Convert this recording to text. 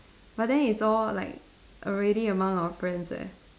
but then it's all like already among our friends eh